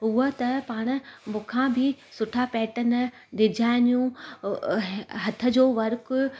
उहा त पाण मूंखां बी सुठा पेटन डिजाइनियूं हथ जो वर्क